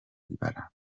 میبرم